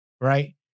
right